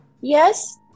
yes